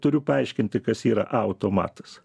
turiu paaiškinti kas yra automatas